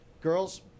Girls